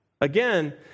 Again